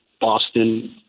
Boston